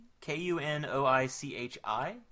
K-U-N-O-I-C-H-I